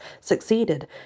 succeeded